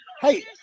Hey